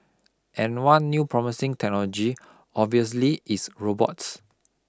and one new promising technology obviously is robots